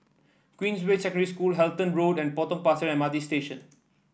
Queensway Secondary School Halton Road and Potong Pasir M R T Station